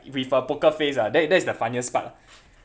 with a poker face ah that that's the funniest part ah